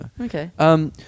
Okay